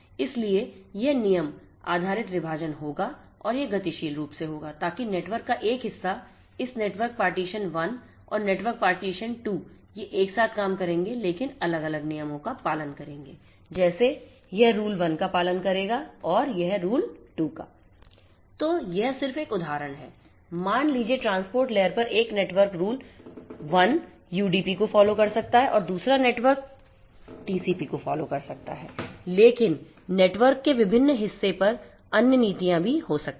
इसलिएयह नियम आधारित विभाजन होगाऔर यह गतिशील रूप से होगा ताकि नेटवर्क का एक हिस्सा इस नेटवर्क पार्टीशन1 और नेटवर्क पार्टीशन 2 ये एक साथ काम करेंगे लेकिन अलग अलग नियमों का पालन करेंगे जैसे यह रूल वन का पालन करेगा और यह रूल टू का तो यह सिर्फ एक उदाहरण है कि मान लीजिए ट्रांसपोर्ट लेयर पर एक नेटवर्क रूल वन यूडीपी को फॉलो कर सकता है और दूसरा नेटवर्क टीसीपी को फॉलो कर सकता है लेकिन नेटवर्क के विभिन्न हिस्से पर अन्य नीतियां भी हो सकती हैं